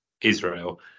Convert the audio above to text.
Israel